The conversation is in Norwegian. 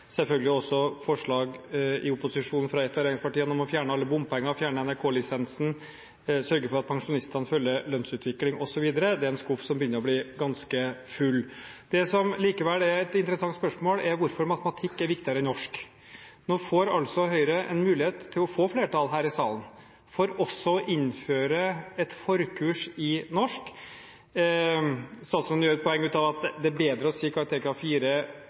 selvfølgelig også forslag fra et regjeringsparti – den gang i opposisjon – om å fjerne alle bompenger, fjerne NRK-lisensen, sørge for at pensjonistene følger lønnsutviklingen osv. Det er en skuff som begynner å bli ganske full. Det som likevel er et interessant spørsmål, er hvorfor matematikk er viktigere enn norsk. Nå får altså Høyre en mulighet til å få flertall her i salen for også å innføre et forkurs i norsk. Statsråden gjør et poeng av at det er bedre å